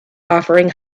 offering